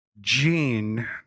Gene